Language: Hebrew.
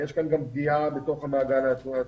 יש כאן גם פגיעה בתוך המעגל התעסוקתי,